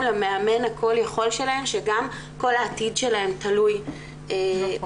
למאמן הכל יכול שלהם שגם כל העתיד שלהם תלוי בו.